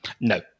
No